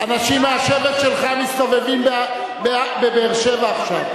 אנשים מהשבט שלך מסתובבים בבאר-שבע עכשיו.